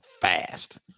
fast